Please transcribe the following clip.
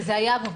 זה היה מותר.